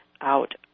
out